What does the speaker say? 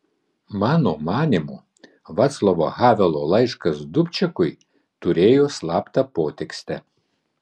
mano manymu vaclavo havelo laiškas dubčekui turėjo slaptą potekstę